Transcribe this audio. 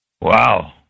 Wow